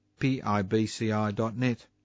PIBCI.net